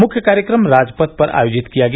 मुख्य कार्यक्रम राजपथ पर आयोजित किया गया